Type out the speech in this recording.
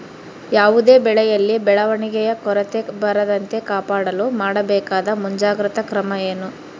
ಯಾವುದೇ ಬೆಳೆಯಲ್ಲಿ ಬೆಳವಣಿಗೆಯ ಕೊರತೆ ಬರದಂತೆ ಕಾಪಾಡಲು ಮಾಡಬೇಕಾದ ಮುಂಜಾಗ್ರತಾ ಕ್ರಮ ಏನು?